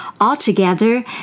Altogether